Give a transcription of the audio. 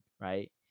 right